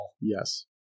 Yes